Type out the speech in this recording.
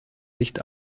nicht